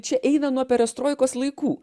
čia eina nuo perestroikos laikų